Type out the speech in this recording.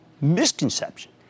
misconception